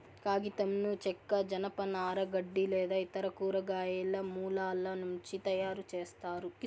కాగితంను చెక్క, జనపనార, గడ్డి లేదా ఇతర కూరగాయల మూలాల నుంచి తయారుచేస్తారు